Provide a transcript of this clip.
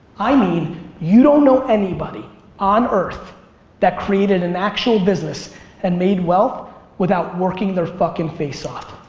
i mean you don't know anybody on earth that created an actual business and made wealth without working their fucking face off.